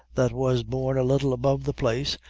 that was born a little above the place,